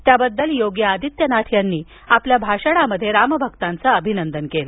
त्याबद्दल योगी आदित्यनाथ यांनी आपल्या भाषणात रामभक्तांचं अभिनंदन केलं